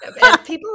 People